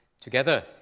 together